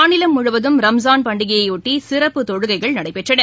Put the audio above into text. மாநிலம் முழுவதும் ரம்ஜான் பண்டிகையை ஒட்டி சிறப்பு தொழுகைகள் நடைபெற்றன